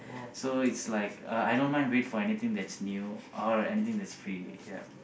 so it's like uh I don't mind wait for anything that's new or anything that's free ya